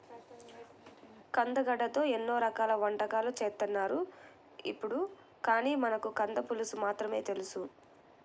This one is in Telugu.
కందగడ్డతో ఎన్నో రకాల వంటకాలు చేత్తన్నారు ఇప్పుడు, కానీ మనకు కంద పులుసు మాత్రమే తెలుసు